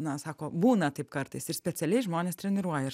na sako būna taip kartais ir specialiai žmonės treniruoja ir